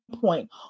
point